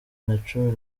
nacumi